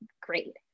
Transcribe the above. great